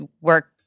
work